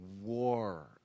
war